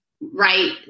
right